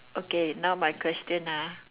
okay now my question ah